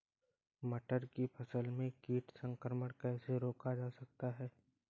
मटर की फसल में कीट संक्रमण कैसे रोका जा सकता है?